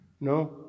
No